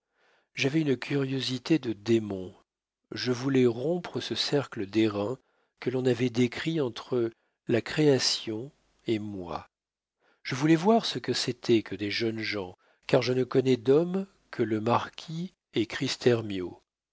j'avais une curiosité de démon je voulais rompre ce cercle d'airain que l'on avait décrit entre la création et moi je voulais voir ce que c'était que des jeunes gens car je ne connais d'hommes que le marquis